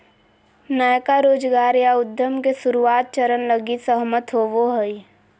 नयका रोजगार या उद्यम के शुरुआत चरण लगी सहमत होवो हइ